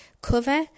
cover